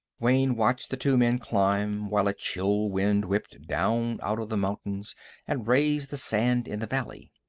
wayne watched the two men climb, while a chill wind whipped down out of the mountains and raised the sand in the valley.